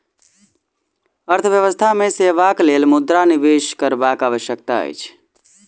अर्थव्यवस्था मे सेवाक लेल मुद्रा निवेश करबाक आवश्यकता अछि